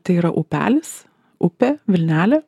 tai yra upelis upė vilnelė